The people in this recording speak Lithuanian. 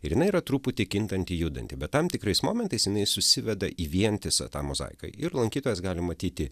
ir jinai yra truputį kintanti judanti bet tam tikrais momentais jinai susiveda į vientisą tą mozaiką ir lankytojas gali matyti